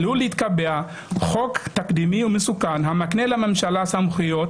עלול להתקבע חוק תקדימי ומסוכן המקנה לממשלה סמכויות